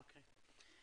אוקיי.